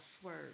Swerve